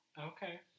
Okay